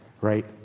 right